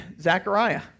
Zechariah